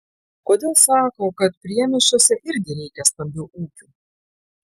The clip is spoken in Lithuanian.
kodėl sako kad priemiesčiuose irgi reikia stambių ūkių